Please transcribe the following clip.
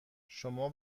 شما